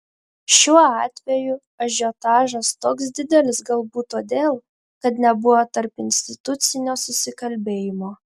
šiuo atveju ažiotažas toks didelis galbūt todėl kad nebuvo tarpinstitucinio susikalbėjimo